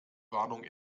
warnung